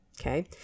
okay